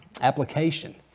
application